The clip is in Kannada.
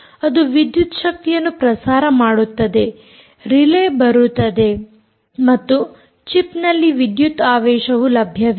ಅದು ವಿದ್ಯುತ್ ಶಕ್ತಿಯನ್ನು ಪ್ರಸಾರ ಮಾಡುತ್ತದೆ ರೇಲೆ ಬರುತ್ತದೆ ಮತ್ತು ಚಿಪ್ನಲ್ಲಿ ವಿದ್ಯುತ್ ಆವೇಶವು ಲಭ್ಯವಿದೆ